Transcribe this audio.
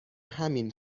همین